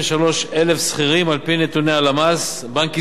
בנק ישראל ומרכז המחקר והמידע של הכנסת,